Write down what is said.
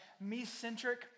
me-centric